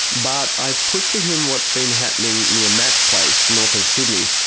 but i put to him what's been happening near matt's place north of sydney,